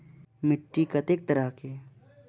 मिट्टी कतेक तरह के?